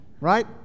Right